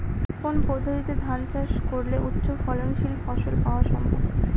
কোন পদ্ধতিতে ধান চাষ করলে উচ্চফলনশীল ফসল পাওয়া সম্ভব?